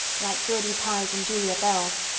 like gertie pye's and julia bell's.